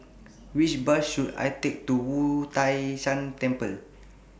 Which Bus should I Take to Wu Tai Shan Temple